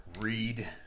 read